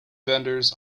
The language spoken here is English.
vendors